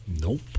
Nope